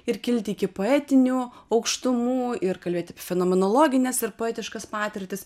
ir kilti iki poetinių aukštumų ir kalbėti apie fenomenologinės ir poetiškas patirtis